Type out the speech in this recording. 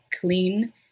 clean